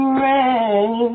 rain